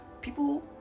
people